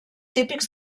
típics